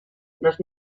les